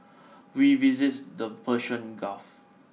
we visited the Persian Gulf